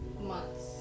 months